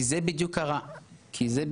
זה בדיוק הרעיון